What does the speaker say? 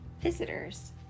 visitors